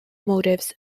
motifs